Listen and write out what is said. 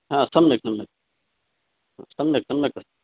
ह सम्यक् सम्यक् सम्यक् सम्यक् अस्